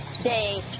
Day